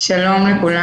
שלום לכולם.